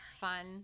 fun